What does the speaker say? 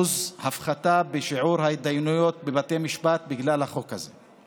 הפחתה בשיעור ההתדיינויות בבתי משפט בגלל החוק הזה.